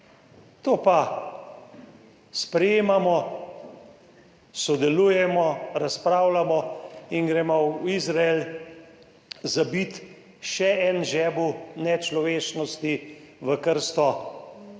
pa sprejemamo, sodelujemo, razpravljamo in gremo v Izrael zabit še en žebelj nečlovečnosti v krsto